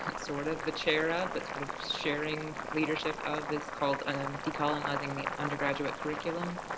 sort of the chair of, but sort of sharing leadership of is called decolonizing the undergraduate curriculum.